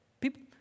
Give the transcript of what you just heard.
People